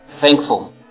thankful